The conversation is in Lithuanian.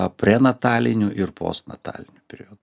prenataliniu ir postnataliniu periodu